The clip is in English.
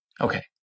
Okay